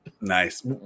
Nice